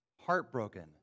heartbroken